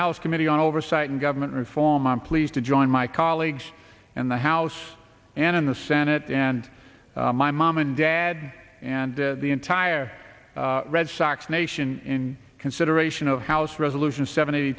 house committee on oversight and government reform i'm pleased to join my colleagues in the house and in the senate and my mom and dad and the entire red sox nation in consideration of house resolution seventy